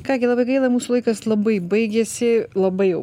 ką gi labai gaila mūsų laikas labai baigėsi labai jau